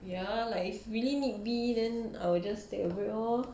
ya like if really need be then I will just take a break lor